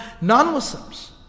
non-Muslims